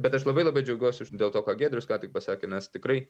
bet aš labai labai džiaugiuosi už dėl to ką giedrius ką tik pasakė nes tikrai